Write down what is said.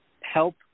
help